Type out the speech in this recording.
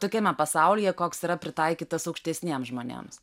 tokiame pasaulyje koks yra pritaikytas aukštesniem žmonėms